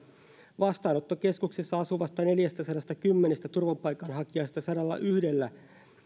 vastaanottokeskuksessa asuvasta neljästäsadastakymmenestä turvapaikanhakijasta sadallayhdellä